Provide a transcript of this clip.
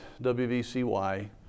WVCY